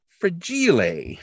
fragile